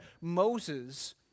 Moses